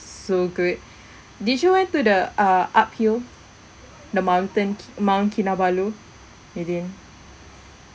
so good did you went to the uh uphill the mountain ki~ mount kinabalu you didn't